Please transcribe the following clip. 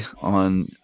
on